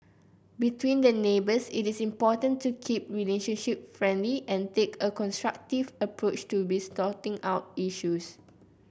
between the neighbours it is important to keep relationship friendly and take a constructive approach to sorting out issues